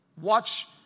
watch